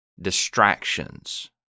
distractions